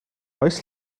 oes